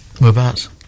Whereabouts